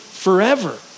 forever